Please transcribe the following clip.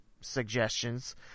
suggestions